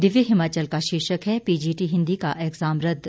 दिव्य हिमाचल का शीर्षक है पीजीटी हिन्दी का एग्जाम रद्द